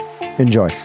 Enjoy